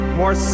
more